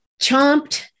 chomped